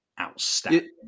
outstanding